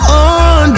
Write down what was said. on